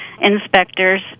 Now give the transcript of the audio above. inspectors